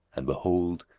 and behold,